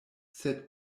sed